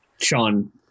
Sean